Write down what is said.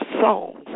songs